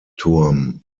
turm